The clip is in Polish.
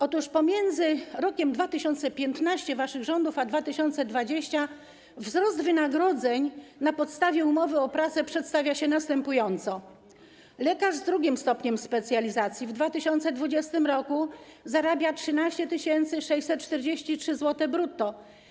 Otóż pomiędzy rokiem 2015, rokiem waszych rządów, a rokiem 2020 wzrost wynagrodzeń na podstawie umowy o pracę przedstawia się następująco: lekarz z II stopniem specjalizacji w 2020 r. zarabia 13 643 zł brutto.